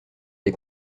des